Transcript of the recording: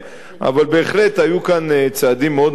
אבל בהחלט היו כאן צעדים מאוד משמעותיים